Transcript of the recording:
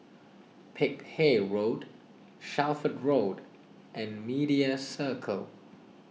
Peck Hay Road Shelford Road and Media Circle